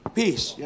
peace